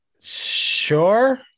Sure